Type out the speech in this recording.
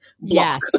yes